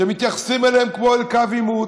שמתייחסים אליהם כמו אל קו עימות,